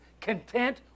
content